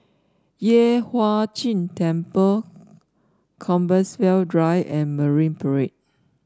Yueh Hai Ching Temple Compassvale Drive and Marine Parade